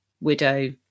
widow